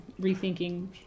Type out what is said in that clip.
rethinking